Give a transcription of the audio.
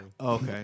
Okay